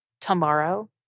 tomorrow